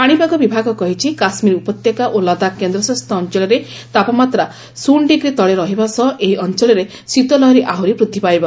ପାଶିପାଗ ବିଭାଗ କହିଛି କାଶ୍ମୀର ଉପତ୍ୟକା ଓ ଲଦାଖ କେନ୍ଦ୍ରଶାସିତ ଅଞ୍ଚଳରେ ତାପମାତ୍ରା ଶ୍ରନ୍ୟ ଡିଗ୍ରୀ ତଳେ ରହିବା ସହ ଏହି ଅଞ୍ଚଳରେ ଶୀତଲହରୀ ଆହୁରି ବୃଦ୍ଧି ପାଇବ